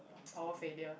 power failure